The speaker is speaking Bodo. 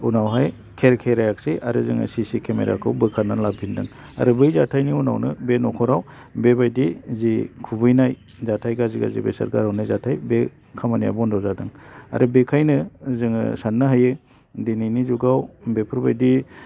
उनावहाय खेरखेरायाखिसै आरो जोङो सि सि केमेराखौ बोखारनानै लाफिनदों आरो बै जाथायनि उनावनो बे न'खराव बेबायदि जे खुबैनाय जाथाय गाज्रि गाज्रि बेसाद गाहरनाय जाथाय बे खामानिया बन्द' जादों आरो बेखायनो जोङो साननो हायो दिनैनि जुगाव बेफोरबायदि